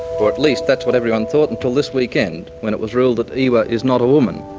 or at least that's what everyone thought until this weekend, when it was ruled that ewa is not a woman.